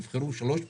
הם נבחרו שלוש פעמים,